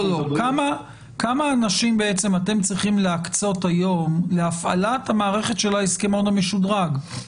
כמה אנשים אתם צריכים להקצות היום להפעלת המערכת של ההסכמון המשודרג?